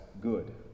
good